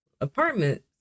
apartment